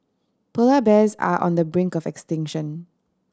polar bears are on the brink of extinction